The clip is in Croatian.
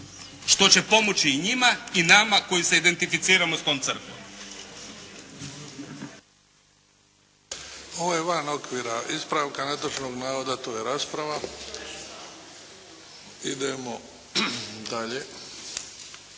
što će pomoći i njima i nama koji se identificiramo s tom crkvom. **Bebić, Luka (HDZ)** Ovo je van okvira ispravka netočnog navoda. To je rasprava. Idemo dalje.